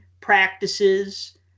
practices